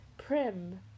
Prim